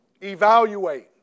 evaluate